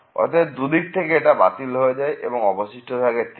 অতএব দুদিক থেকে এটা বাতিল হয়ে যায় এবং অবশিষ্ট থাকে 3